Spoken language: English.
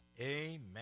Amen